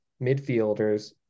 midfielders